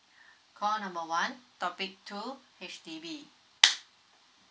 call number one topic two H_D_B